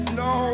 no